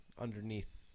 underneath